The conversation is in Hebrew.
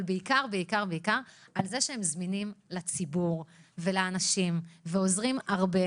אבל בעיקר על כך שהם זמינים לציבור ולאנשים ועוזרים הרבה.